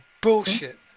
Bullshit